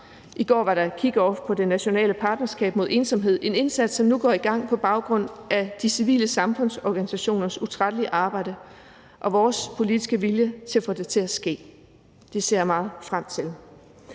I går var der kickoff på det nationale partnerskab mod ensomhed, en indsats, som nu går i gang på baggrund af de civile samfundsorganisationers utrættelige arbejde og vores politiske vilje til at få det til at ske. Det ser jeg meget frem til.